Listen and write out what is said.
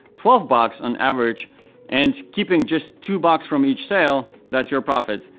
twelve bucks on average and keeping just two bucks from each sale, that's your profit,